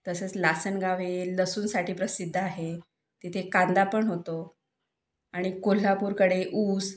तसंच लासलगाव हे लसूणसाठी प्रसिद्ध आहे तिथे कांदा पण होतो आणि कोल्हापूरकडे ऊस